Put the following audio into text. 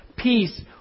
Peace